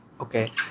Okay